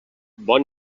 bon